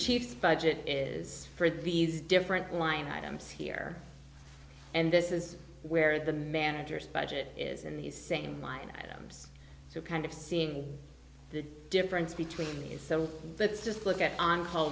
chief budget is for these different line items here and this is where the managers budget is in these same line items so kind of seeing the difference between is so let's just look at on call